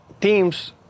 teams